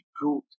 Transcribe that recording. truth